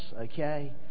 okay